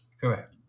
Correct